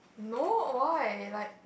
no why like